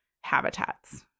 habitats